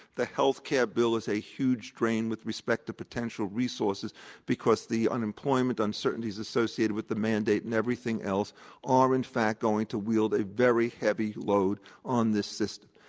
the health care bill is a huge drain with respect to potential resources because the unemployment uncertainty is associated with the mandate and everything else are in fact going to wield a very heavy load on this system.